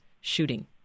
shooting